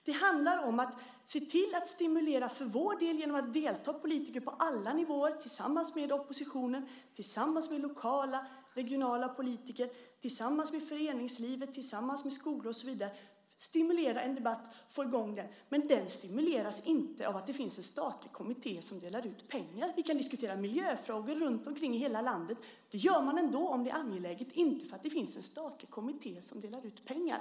Det handlar om att se till att stimulera, för vår del genom att politiker på alla nivåer deltar tillsammans med oppositionen, lokala och regionala politiker, föreningslivet, skolor och så vidare för att stimulera en debatt och få i gång den. Men den stimuleras inte av att det finns en statlig kommitté som delar ut pengar. Vi kan diskutera miljöfrågor runtomkring i hela landet. Det gör man ändå om det är angeläget, inte för att det finns en statlig kommitté som delar ut pengar.